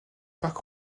parc